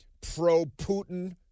pro-Putin